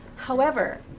however,